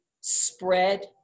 spread